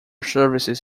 services